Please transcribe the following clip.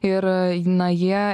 ir na jie